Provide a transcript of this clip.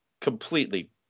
completely